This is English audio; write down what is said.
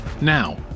Now